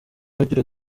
agira